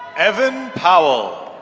evan powell.